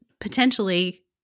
potentially